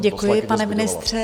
Děkuji, pane ministře.